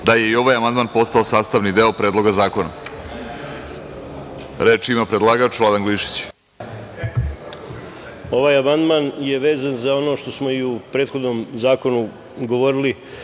da je i ovaj amandman postao sastavni deo Predloga zakona. Reč ima predlagač Vladan Glišić. Izvolite. **Vladan Glišić** Ovaj amandman je vezan za ono što smo i u prethodnom zakonu govorili